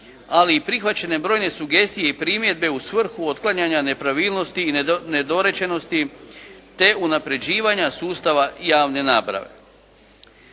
ali i prihvaćene brojne sugestije i primjedbe u svrhu otklanjanja nepravilnosti i nedorečenosti, te unapređivanja sustava javne nabave.